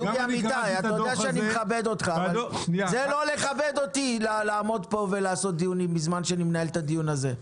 זה לא מכבד אותי לעשות דיונים בזמן שאני מנהל את הדיון הזה.